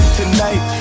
tonight